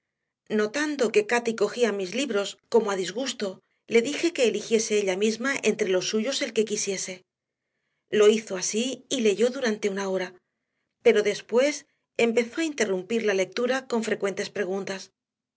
notando que cati cogía mis libros como a disgusto le dije que eligiese ella misma entre los suyos el que quisiese lo hizo así y leyó durante una hora pero después empezó a interrumpir la lectura con frecuentes preguntas